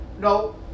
No